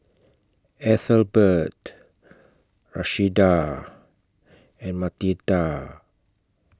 Ethelbert Rashida and Marnita